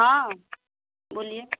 हँ बोलिए